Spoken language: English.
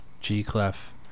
G-Clef